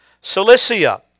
Cilicia